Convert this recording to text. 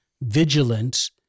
vigilance